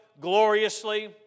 gloriously